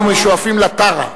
אנחנו שואפים לטרה.